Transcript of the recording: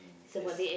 just